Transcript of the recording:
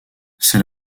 c’est